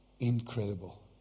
Incredible